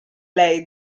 lei